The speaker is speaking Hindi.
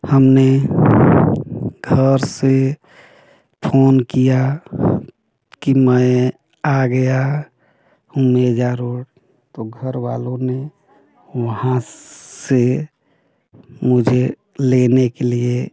हमने घर से फोन किया कि मैं आ गया हूँ मेजा रोड तो घरवालों ने वहाँ से मुझे लेने के लिए